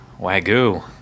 Wagyu